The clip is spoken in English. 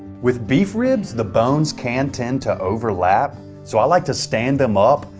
with beef ribs, the bones can tend to overlap, so i like to stand them up,